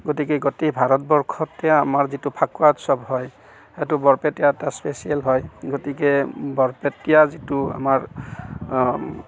গতিকে গোটেই ভাৰতবৰ্ষতে আমাৰ যিটো ফাকুৱা উৎসৱ হয় সেইটো বৰপেটীয়া এটা স্পেচিয়েল হয় গতিকে বৰপেটীয়া যিটো আমাৰ